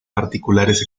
particulares